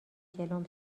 جلوم